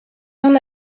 ona